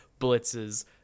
blitzes